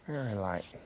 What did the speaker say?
very light.